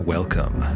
Welcome